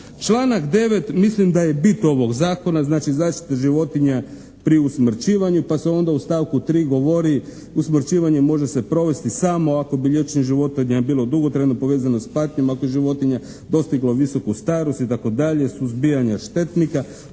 Članak 9. mislim da je bit ovog Zakona, znači zaštite životinja pri usmrćivanju pa se onda u stavku 3. govori: «Usmrćivanje može se provesti samo ako bi liječenje životinja bilo dugotrajno, povezano s patnjom. Ako je životinja dostigla visoku starost» i tako dalje «suzbijanje štetnika»